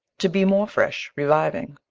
to be more fresh, reviving.